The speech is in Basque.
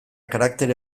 karaktere